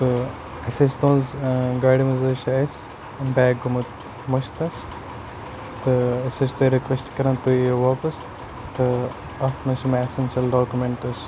تہٕ اَسہِ حظ چھِ تُہٕنٛز گاڑِ منٛز چھِ اَسہِ بیگ گوٚمُت مٔشِت حظ تہٕ أسۍ حظ چھِ تۄہہِ رٕکوٮ۪سٹ کَران تُہۍ یِیِو واپَس تہٕ اَتھ منٛز چھِ مےٚ اٮ۪سٮ۪نشَل ڈاکیُمٮ۪نٛٹٕز